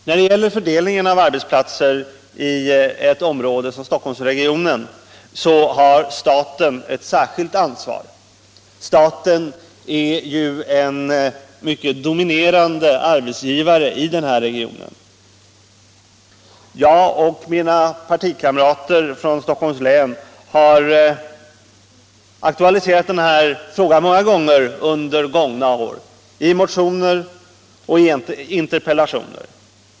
När det gäller fördelningen av arbetsplatser i ett område som Stockholmsregionen har staten ett särskilt ansvar. Staten är ju en mycket dominerande arbetsgivare i den här regionen. Jag och mina partikamrater från Stockholms län har aktualiserat denna fråga några gånger under gångna år, i motioner och interpellationer.